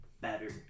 better